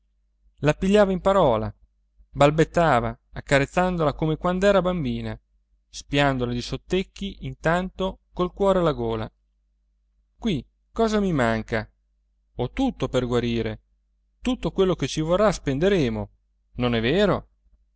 la pigliava in parola balbettava accarezzandola come quand'era bambina spiandola di sottecchi intanto col cuore alla gola qui cosa mi manca ho tutto per guarire tutto quello che ci vorrà spenderemo non è vero